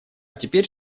теперь